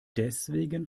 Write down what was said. deswegen